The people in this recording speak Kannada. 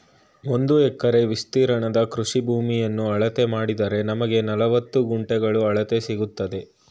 ಒಂದು ಎಕರೆ ವಿಸ್ತೀರ್ಣದ ಕೃಷಿ ಭೂಮಿಯನ್ನ ಅಳತೆ ಮಾಡಿದರೆ ನಮ್ಗೆ ನಲವತ್ತು ಗುಂಟೆಗಳ ಅಳತೆ ಸಿಕ್ತದೆ